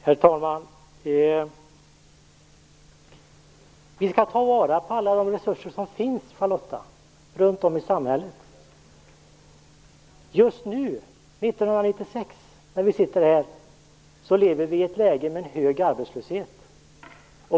Herr talman! Vi skall ta vara på alla de resurser som finns runt om i samhället, Charlotta Bjälkebring. Just nu, 1996, lever vi i ett läge med hög arbetslöshet.